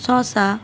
শশা